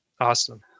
Awesome